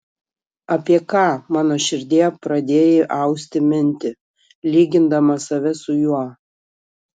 apie ką mano širdie pradėjai austi mintį lygindama save su juo